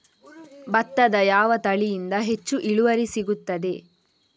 ಭತ್ತದ ಯಾವ ತಳಿಯಿಂದ ಹೆಚ್ಚು ಇಳುವರಿ ಸಿಗುತ್ತದೆ?